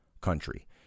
country